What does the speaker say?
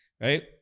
Right